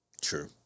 True